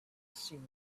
seen